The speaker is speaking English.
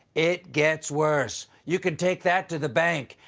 it gets worse. you can take that to the bank.